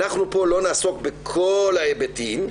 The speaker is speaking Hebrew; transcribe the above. אנחנו לא נעסוק פה בכל ההיבטים,